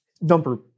number